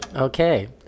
Okay